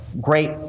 great